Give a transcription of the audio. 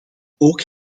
ook